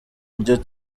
iryo